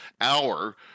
hour